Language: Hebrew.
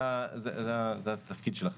זה התפקיד של החברה.